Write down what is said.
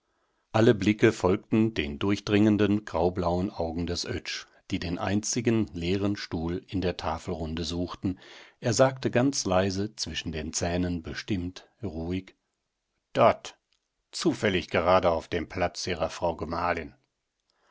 alle blicke folgten den durchdringenden graublauen augen des oetsch die den einzigen leeren stuhl in der tafelrunde suchten er sagte ganz leise zwischen den zähnen bestimmt ruhig dort zufällig gerade auf dem platz ihrer frau gemahlin